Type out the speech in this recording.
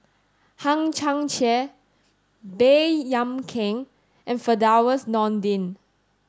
Hang Chang Chieh Baey Yam Keng and Firdaus Nordin